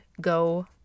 go